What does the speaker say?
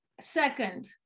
Second